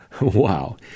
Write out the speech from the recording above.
Wow